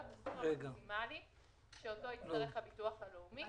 הסכום המקסימלי שאותו יצטרך הביטוח הלאומי.